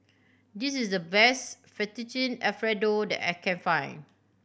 this is the best Fettuccine Alfredo that I can find